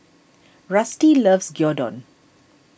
Rusty loves Gyudon